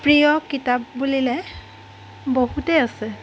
প্ৰিয় কিতাপ বুলিলে বহুতেই আছে